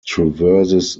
traverses